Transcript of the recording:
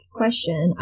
question